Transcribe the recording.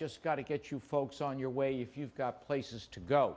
just got to get you folks on your way if you've got places to go